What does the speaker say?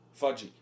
Fudgy